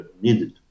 needed